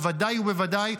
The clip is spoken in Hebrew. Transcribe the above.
בוודאי ובוודאי,